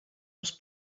els